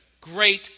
great